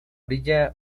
orilla